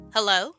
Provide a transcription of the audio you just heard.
Hello